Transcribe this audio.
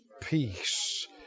peace